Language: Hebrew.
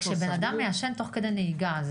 כשאדם מעשן תוך כדי נהיגה,